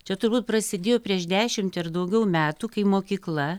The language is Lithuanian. čia turbūt prasidėjo prieš dešimtį ar daugiau metų kai mokykla